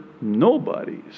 nobodies